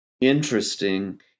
interesting